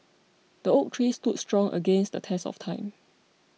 the oak trees stood strong against the test of time